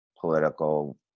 political